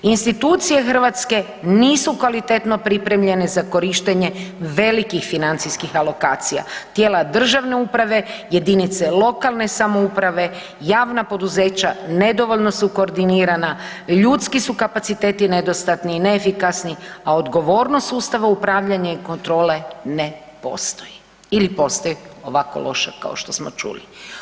Institucije Hrvatske nisu kvalitetno pripremljene za korištenje velikih financijskih alokacija, tijela državne uprave, jedinice lokalne samouprave, javna poduzeća nedovoljno su koordinirana, ljudski su kapaciteti nedostatni i neefikasni, a odgovornost sustava upravljanja i kontrole ne postoji ili postoji ovako loše kao što smo čuli.